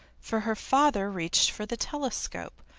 for her father reached for the telescope,